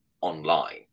online